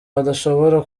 badashobora